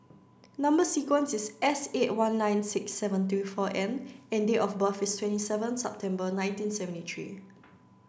number sequence is S eight one nine six seven three four N and date of birth is twenty seven September nineteen seventy three